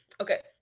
okay